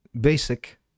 Basic